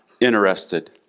interested